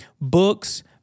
books